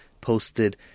posted